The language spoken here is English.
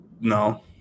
No